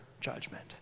judgment